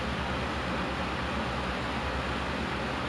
and also err